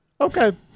Okay